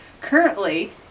currently